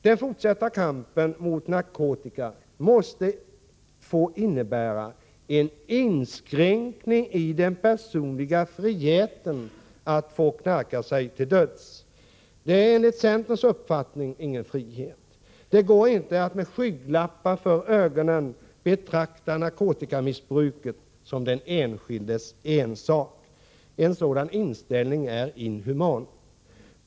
Den fortsatta kampen mot narkotikan måste få innebära en inskränkning i den personliga friheten att få knarka sig till döds. Det är enligt centerns uppfattning ingen frihet. Det går inte att med skygglappar för ögonen betrakta narkotikamissbruket som den enskildes ensak. En sådan inställning är inhuman.